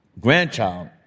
grandchild